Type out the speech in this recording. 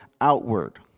outward